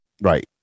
right